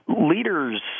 leaders